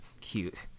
Cute